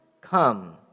come